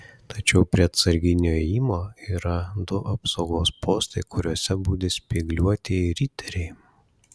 tačiau prie atsarginio įėjimo yra du apsaugos postai kuriuose budi spygliuotieji riteriai